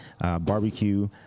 barbecue